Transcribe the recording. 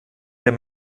der